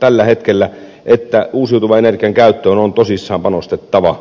tällä hetkellä että uusiutuvan energian käyttöön on tosissaan panostettava